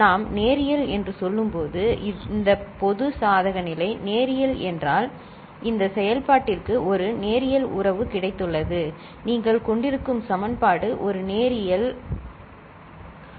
நாம் நேரியல் என்று சொல்லும்போது இந்த பொது சாதக நிலை நேரியல் என்றால் இந்த செயல்பாட்டிற்கு ஒரு நேரியல் உறவு கிடைத்துள்ளது நீங்கள் கொண்டிருக்கும் சமன்பாடு ஒரு நேரியல் உறவு சரி